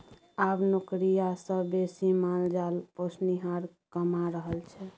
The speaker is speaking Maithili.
आब नौकरिया सँ बेसी माल जाल पोसनिहार कमा रहल छै